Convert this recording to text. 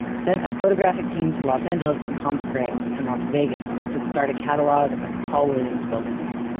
sent a photographic team to los angeles and palm springs and las vegas to start a catalog of paul williams buildings,